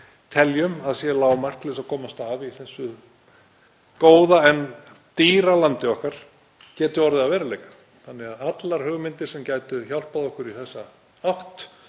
að sé lágmark til þess að komast af í þessu góða en dýra landi okkar geti orðið að veruleika. Allar hugmyndir sem gætu hjálpað okkur í þessa átt,